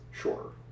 Sure